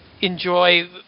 enjoy